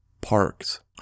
parks